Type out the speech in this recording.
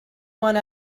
one